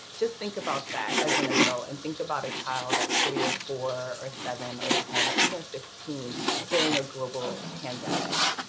just think about that as an adult and think about a child that's three or four or seven or ten or even fifteen during a global pandemic.